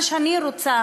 מה שאני רוצה